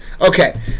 Okay